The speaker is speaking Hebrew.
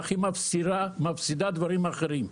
אך היא מפסידה דברים אחרים.